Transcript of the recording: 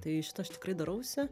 tai šitą aš tikrai darausi